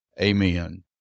Amen